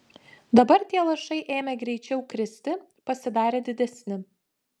dabar tie lašai ėmė greičiau kristi pasidarė didesni